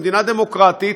במדינה דמוקרטית,